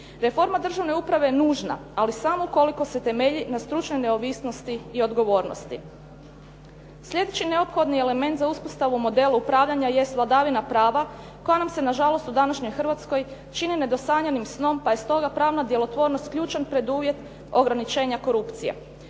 Reforma državne uprave je nužna, ali samo ukoliko se temelji na stručnoj neovisnosti i odgovornosti. Sljedeći neophodni element za uspostavu modela upravljanja jest vladavina prava koja nam se na žalost u današnjoj Hrvatskoj čini nedosanjanim snom, pa je stoga pravna djelotvornost ključan preduvjet ograničenja korupcije.